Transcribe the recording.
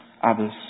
others